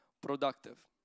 productive